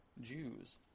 Jews